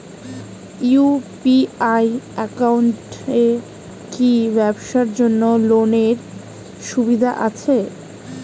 UPI একাউন্টে কি ব্যবসার জন্য লোনের সুবিধা আছে?